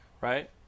Right